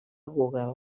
google